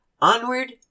onward